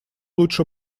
лучше